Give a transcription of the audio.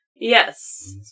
Yes